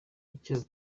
icyo